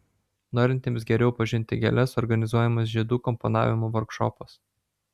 norintiems geriau pažinti gėles organizuojamas žiedų komponavimo vorkšopas